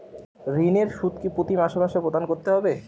ঋণের সুদ কি প্রতি মাসে মাসে প্রদান করতে হবে?